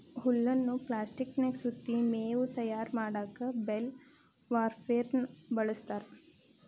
ಹುಲ್ಲನ್ನ ಪ್ಲಾಸ್ಟಿಕನ್ಯಾಗ ಸುತ್ತಿ ಮೇವು ತಯಾರ್ ಮಾಡಕ್ ಬೇಲ್ ವಾರ್ಪೆರ್ನ ಬಳಸ್ತಾರ